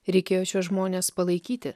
reikėjo šiuos žmones palaikyti